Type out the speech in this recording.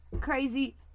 crazy